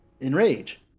enrage